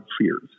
fears